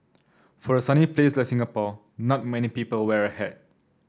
for a sunny place like Singapore not many people wear a hat